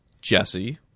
Jesse